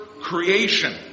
creation